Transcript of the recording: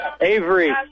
Avery